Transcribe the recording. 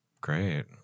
Great